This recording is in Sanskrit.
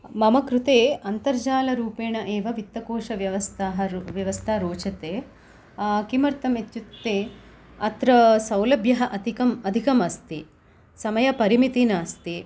मम कृते अन्तर्जालरूपेण एव वित्तकोशव्यवस्थाः व्यवस्था रोचते किमर्थमित्युक्ते अत्र सौलभ्यः अधिकम् अधिकम् अस्ति समयपरिमिति नास्ति